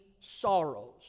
sorrows